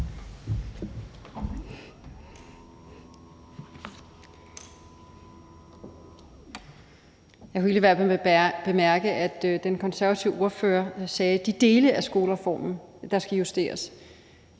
lade være med at bemærke, at den konservative ordfører sagde: de dele af skolereformen, der skal justeres.